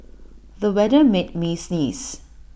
the weather made me sneeze